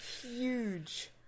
Huge